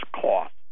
cost